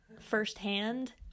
firsthand